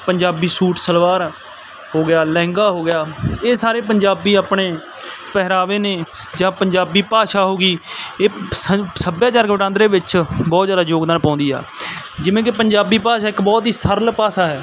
Punjabi suit salwar ਹੋ ਗਿਆ ਲਹਿੰਗਾ ਹੋ ਗਿਆ ਇਹ ਸਾਰੇ ਪੰਜਾਬੀ ਆਪਣੇ ਪਹਿਰਾਵੇ ਨੇ ਜਾਂ ਪੰਜਾਬੀ ਭਾਸ਼ਾ ਹੋ ਗਈ ਇਹ ਸੱ ਸੱਭਿਆਚਾਰਕ ਵਟਾਂਦਰੇ ਵਿੱਚ ਬਹੁਤ ਜ਼ਿਆਦਾ ਯੋਗਦਾਨ ਪਾਉਂਦੀ ਆ ਜਿਵੇਂ ਕਿ ਪੰਜਾਬੀ ਭਾਸ਼ਾ ਇੱਕ ਬਹੁਤ ਹੀ ਸਰਲ ਭਾਸ਼ਾ ਹੈ